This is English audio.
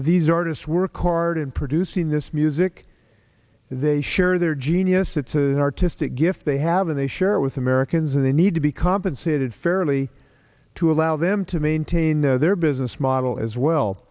these artists work hard in producing this music they sure they're genius it's a artistic gift they have and they share it with americans and they need to be compensated fairly to allow them to maintain their business model as well